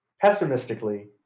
pessimistically